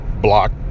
block